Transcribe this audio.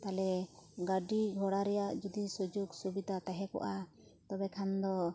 ᱛᱟᱦᱚᱞᱮ ᱜᱟᱹᱰᱤ ᱜᱷᱚᱲᱟ ᱨᱮᱭᱟᱜ ᱡᱩᱫᱤ ᱥᱩᱡᱳᱜᱽ ᱥᱩᱵᱤᱛᱟ ᱛᱟᱦᱮᱠᱚᱜᱼᱟ ᱛᱚᱵᱮ ᱠᱷᱟᱱ ᱫᱚ